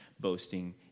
boasting